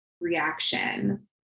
reaction